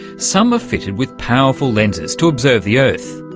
some are fitted with powerful lenses to observe the earth.